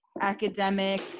academic